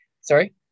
Sorry